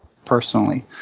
personally.